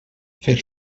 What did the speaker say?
fer